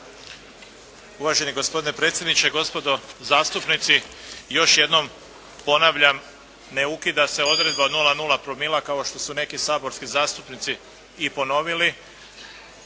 Uvaženi gospodine predsjedniče, gospodo zastupnici. Još jednom ponavljam, ne ukida se odredba od 0,0 promila kao što su neki saborski zastupnici i ponovili.